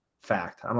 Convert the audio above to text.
fact